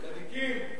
צדיקים.